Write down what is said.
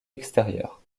extérieure